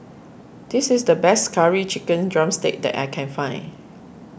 this is the best Curry Chicken Drumstick that I can find